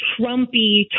Trumpy